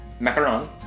macaron